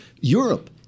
Europe